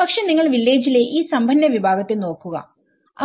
പക്ഷെ നിങ്ങൾ വില്ലേജിലെ ഈ സമ്പന്ന വിഭാഗത്തെ നോക്കുക